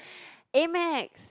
A Max